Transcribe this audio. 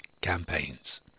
campaigns